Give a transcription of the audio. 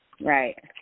right